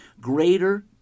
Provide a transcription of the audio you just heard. greater